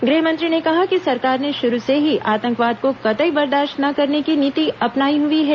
गृहमंत्री ने कहा कि सरकार ने शुरू से ही आतंकवाद को कतई बर्दाश्त न करने की नीति अपनाई हई है